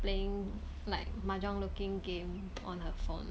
playing like mahjong looking game on her phone